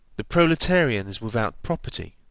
the proletarian is without property